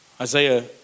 Isaiah